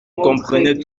comprenait